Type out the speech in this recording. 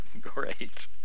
Great